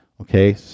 okay